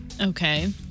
Okay